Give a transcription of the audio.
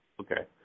Okay